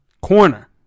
Corner